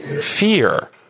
fear